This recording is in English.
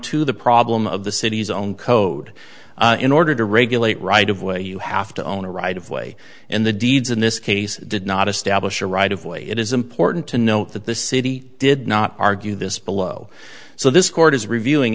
to the problem of the city's own code in order to regulate right of way you have to own a right of way in the deeds in this case did not establish a right of way it is important to note that the city did not argue this below so this court is reviewing